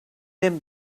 them